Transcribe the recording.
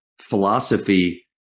philosophy